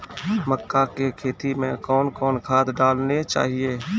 मक्का के खेती मे कौन कौन खाद डालने चाहिए?